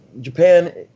Japan